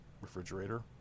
refrigerator